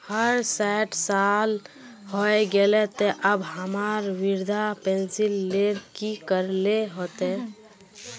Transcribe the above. हमर सायट साल होय गले ते अब हमरा वृद्धा पेंशन ले की करे ले होते?